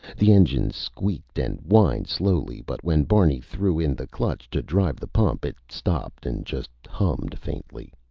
the engine squeaked and whined slowly but when barney threw in the clutch to drive the pump, it stopped and just hummed faintly.